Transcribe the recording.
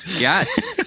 Yes